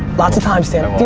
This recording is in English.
lots of time stamps,